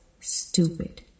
Stupid